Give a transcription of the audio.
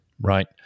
right